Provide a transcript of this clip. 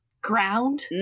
ground